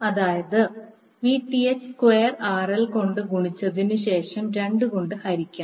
അതായത് Vth square RL കൊണ്ട് ഗുണിച്ചതിനുശേഷം 2 കൊണ്ട് ഹരിക്കണം